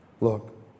Look